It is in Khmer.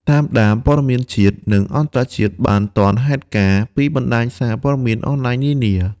តាមដានព័ត៌មានជាតិ និងអន្តរជាតិបានទាន់ហេតុការណ៍ ពីបណ្ដាញសារព័ត៌មានអនឡាញនានា។